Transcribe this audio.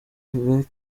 kigali